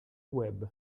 web